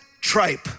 tripe